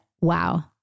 wow